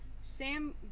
Sam